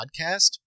podcast